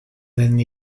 than